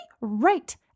right